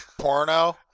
porno